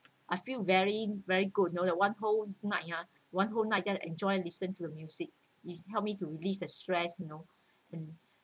I feel very very good you know the one whole night ah one whole night just enjoy listen to the music it help me to release the stress you know and